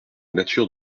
nature